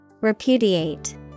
Repudiate